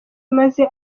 maze